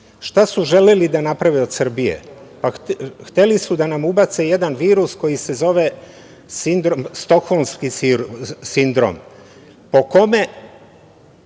Šta su želeli da naprave od Srbije? Hteli su da nam ubace jedan virus koji se zove stokholmski sindrom, po kome